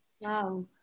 Wow